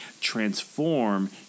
transform